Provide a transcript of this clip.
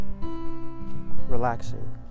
relaxing